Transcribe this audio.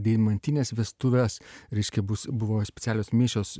deimantines vestuves reiškia bus buvo specialios mišios